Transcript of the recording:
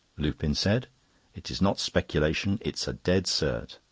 lupin said it is not speculation, it's a dead cert.